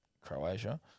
Croatia